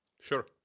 Sure